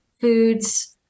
foods